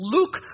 Luke